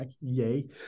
Yay